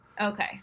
Okay